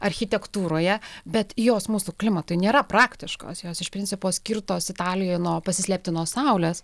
architektūroje bet jos mūsų klimatui nėra praktiškos jos iš principo skirtos italijoje nuo pasislėpti nuo saulės